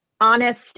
honest